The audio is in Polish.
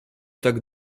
tak